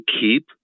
keep